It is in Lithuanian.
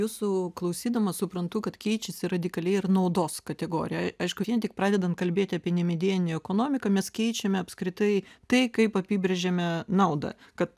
jūsų klausydama suprantu kad keičiasi radikaliai ir naudos kategorija aišku vien tik pradedant kalbėti apie nemedieninę ekonomiką mes keičiame apskritai tai kaip apibrėžėme naudą kad